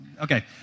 Okay